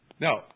Now